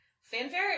Fanfare